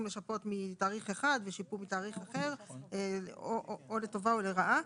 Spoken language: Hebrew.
לשפות מתאריך אחד ושיפו מתאריך אחר או לטובה או לרעה.